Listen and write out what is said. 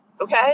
Okay